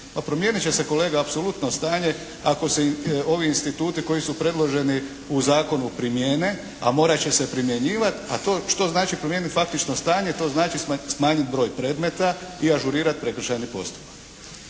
promijenit će se kolega apsolutno stanje ako se ovi instituti koji su predloženi u zakonu primijene, a morat će se primjenjivati. A to, što znači promijeniti faktično stanje? To znači smanjiti broj predmeta i ažurirati prekršajni postupak.